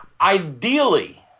Ideally